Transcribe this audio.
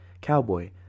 cowboy